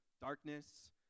darkness